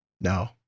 No